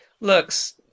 looks